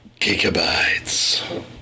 gigabytes